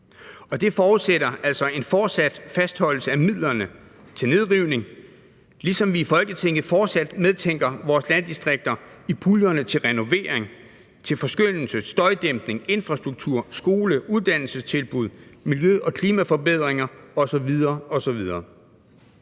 det forudsætter altså en fortsat fastholdelse af midlerne til nedrivning, ligesom vi i Folketinget fortsat medtænker vores landdistrikter i puljerne til renovering, til forskønnelse, støjdæmpning, infrastruktur, skole- og uddannelsestilbud, miljø og klimaforbedringer osv.